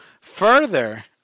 further